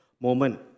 moment